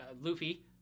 Luffy